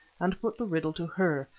and put the riddle to her,